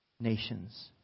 nations